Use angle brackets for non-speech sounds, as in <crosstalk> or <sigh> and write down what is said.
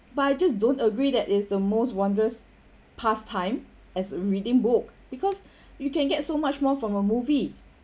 but I just don't agree that it's the most wondrous pastime as reading book because <breath> you can get so much more from a movie